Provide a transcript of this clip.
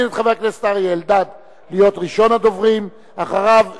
על מנת להכינה לקריאה שנייה ולקריאה שלישית.